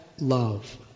love